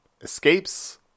escapes